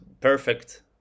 perfect